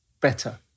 better